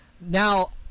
Now